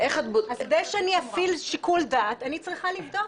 כדי שאני אפעיל שיקול דעת אני צריכה לבדוק.